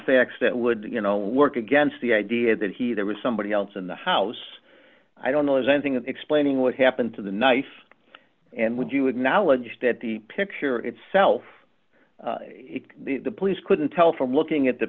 facts that would you know work against the idea that he there was somebody else in the house i don't know anything explaining what happened to the knife and would you acknowledge that the picture itself the police couldn't tell from looking at the